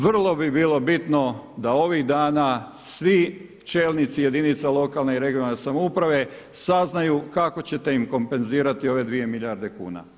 Vrlo bi bilo bitno da ovih dana svi čelnici jedinica lokalne i regionalne samouprave saznaju kako ćete im kompenzirati ove 2 milijarde kuna.